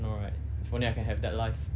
know right if only I can have that life